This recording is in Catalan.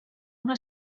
una